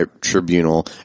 tribunal